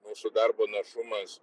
mūsų darbo našumas